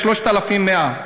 מה-3,100,